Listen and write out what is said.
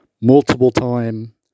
multiple-time